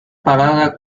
parada